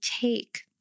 take